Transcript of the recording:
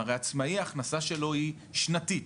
הרי ההכנסה של עצמאי היא שנתית.